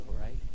right